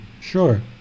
Sure